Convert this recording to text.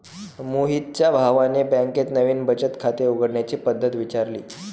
मोहितच्या भावाने बँकेत नवीन बचत खाते उघडण्याची पद्धत विचारली